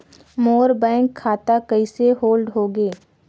मोर bank खाता कइसे hold होगे?